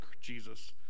Jesus